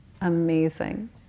amazing